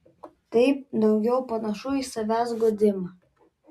tai daugiau panašu į savęs guodimą